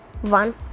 one